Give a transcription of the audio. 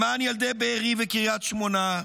למען ילדי בארי וקריית שמונה,